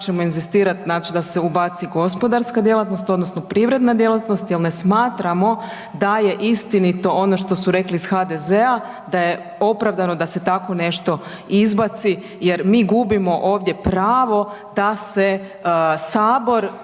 ćemo inzistirati znači da se ubaci gospodarska djelatnost odnosno privredna djelatnost jer ne smatramo da je istinito ono što su rekli iz HDZ-a da je opravdano da se tako nešto izbaci jer mi gubimo ovdje pravo da se sabor